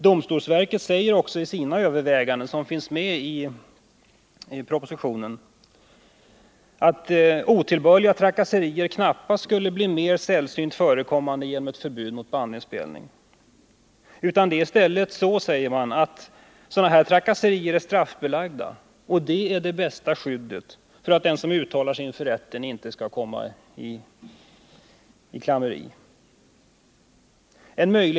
Domstolsverket säger också i sina överväganden, som finns med i propositionen, att otillbörliga trakasserier knappast skulle bli mer sällsynt förekommande genom ett förbud mot bandinspelning. Det är i stället så att sådana trakasserier är straffbelagda, och det är det bästa skyddet för att den som uttalar sig inför rätten inte skall komma i klammeri.